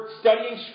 studying